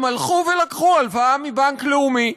הם הלכו ולקחו הלוואה מבנק לאומי.